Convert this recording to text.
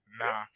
Nah